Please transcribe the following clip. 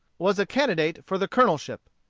was a candidate for the colonelship.